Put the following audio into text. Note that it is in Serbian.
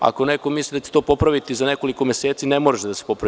Ako neko misli da će se to popraviti za nekoliko meseci, ne može da se popravi.